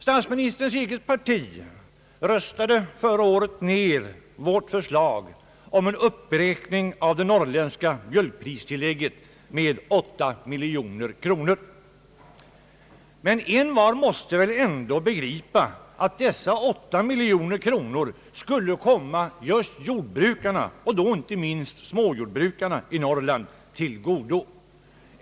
Statsministerns eget parti röstade förra året ned vårt förslag om en uppräkning av det norrländska mjölkpristillägget med 8 miljoner kronor. Men var och en måste väl ändå begripa att dessa 8 miljoner kronor skulle komma just jordbrukarna och då inte minst småjordbrukarna i Norrland till godo.